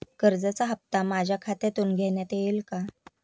कर्जाचा हप्ता माझ्या खात्यातून घेण्यात येईल का?